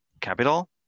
capital